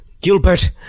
Gilbert